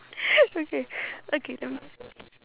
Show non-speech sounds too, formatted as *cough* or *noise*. *noise* okay okay I'm